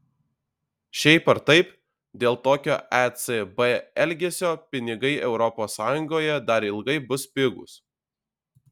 šiaip ar taip dėl tokio ecb elgesio pinigai europos sąjungoje dar ilgai bus pigūs